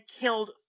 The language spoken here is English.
killed